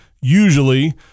usually